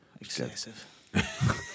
Excessive